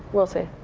we'll see.